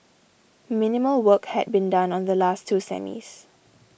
minimal work had been done on the last two semis